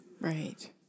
Right